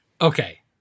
Okay